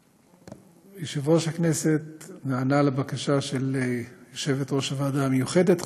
ויושב-ראש הכנסת נענה לבקשה של יושבת-ראש הוועדה המיוחדת,